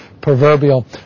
proverbial